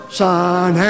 sun